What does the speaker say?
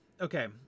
Okay